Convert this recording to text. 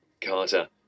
Carter